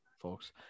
folks